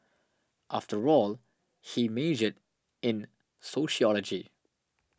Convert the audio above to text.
after all he majored in sociology